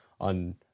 on